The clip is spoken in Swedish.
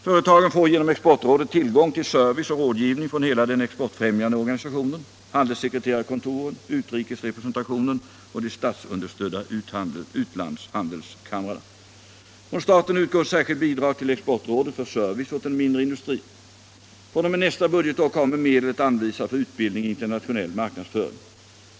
Företagen får genom Exportrådet tillgång till service och rådgivning från hela den exportfrämjande organisationen, handelssekreterarkontoren, utrikesrepresentationen och de statsunderstödda utlandshandelskamrarna. Från staten utgår ett särskilt bidrag till Exportrådet för service åt den mindre industrin. Från och med nästa budgetår kommer medel att anvisas för utbildning i internationell marknadsföring.